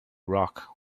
rock